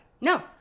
No